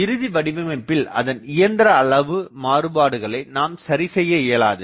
இறுதி வடிவமைப்பில் அதன் இயந்திர அளவு மறுபடுகளை நாம் சரிசெய்ய இயலாது